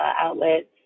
outlets